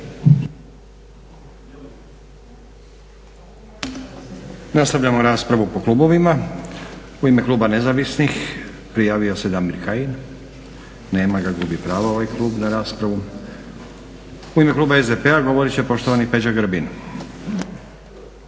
U ime kluba SDP-a govorit će poštovani Peđa Grbin.